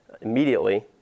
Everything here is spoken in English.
immediately